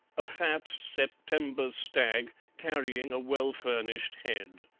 a fat september stag carrying a well-furnished head.